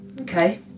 okay